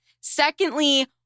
Secondly